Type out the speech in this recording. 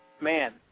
man